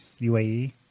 UAE